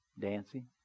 Dancing